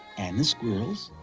and the squirrels,